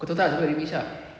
kau tahu tak remy ishak